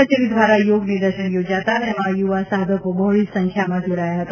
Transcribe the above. કચેરી દ્વારા યોગ નિદર્શન યોજાતા તેમાં યુવા સાધકો બહોળી સંખ્યામાં જોડાયા હતા